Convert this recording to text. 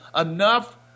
enough